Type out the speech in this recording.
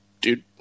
Dude